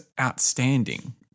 outstanding